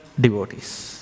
devotees